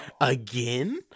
again